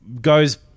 goes